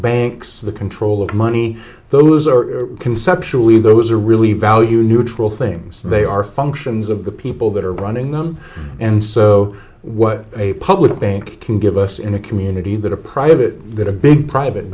banks the control of money those are conceptually those are really value neutral things they are functions of the people that are running them and so what a public bank can give us in a community that a private that a big private